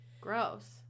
gross